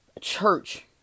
church